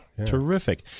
Terrific